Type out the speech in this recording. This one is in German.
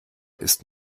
ist